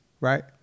right